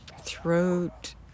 throat